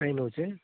pain ହେଉଛି